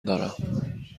دارم